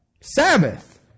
Sabbath